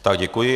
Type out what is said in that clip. Tak děkuji.